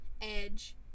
Edge